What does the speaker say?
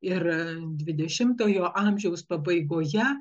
ir dvidešimtojo amžiaus pabaigoje